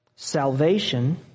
Salvation